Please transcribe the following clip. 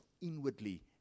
inwardly